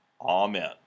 Amen